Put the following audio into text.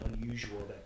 unusual